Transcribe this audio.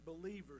Believers